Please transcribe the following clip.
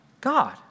God